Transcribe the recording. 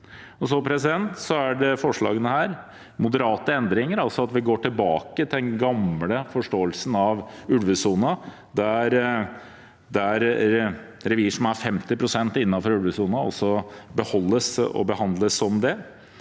75 ungekull. Forslagene er om moderate endringer, altså at vi går tilbake til den gamle forståelsen av ulvesonen, der revir som er 50 pst. innenfor ulvesonen, beholdes og behandles som det.